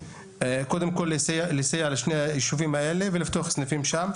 קודם כל לסייע לשני היישובים האלה ולפתוח סניפים שם.